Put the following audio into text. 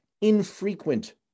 infrequent